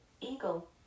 eagle